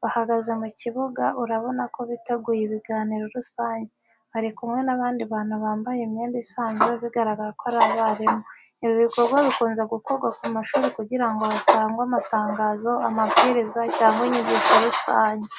bahagaze mu kibuga, urabona ko biteguye ibiganiro rusange, bari kumwe n'abandi bantu bambaye imyenda isanzwe bigaragara ko ari abarimu. Ibi bikorwa bikunze gukorwa ku mashuri kugira ngo hatangwe amatangazo, amabwiriza cyangwa inyigisho rusange.